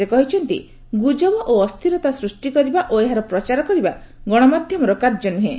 ସେ କହିଛନ୍ତି ଗୁଜବ ଓ ଅସ୍ଥିରତା ସୃଷ୍ଟି କରିବା ଓ ଏହାର ପ୍ରଚାର କରିବା ଗଣମାଧ୍ୟମର କାର୍ଯ୍ୟ ନୁହେଁ